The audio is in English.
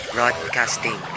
Broadcasting